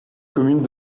commune